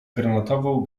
granatową